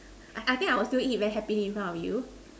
I I think I will still eat very happily in front of you